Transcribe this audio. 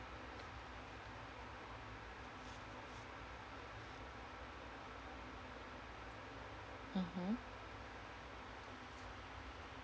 mmhmm